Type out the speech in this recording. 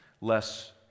less